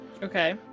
Okay